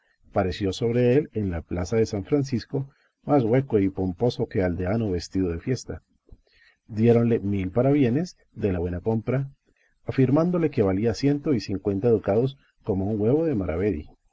pareció sobre él en la plaza de san francisco más hueco y pomposo que aldeano vestido de fiesta diéronle mil parabienes de la buena compra afirmándole que valía ciento y cincuenta ducados como un huevo un